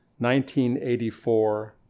1984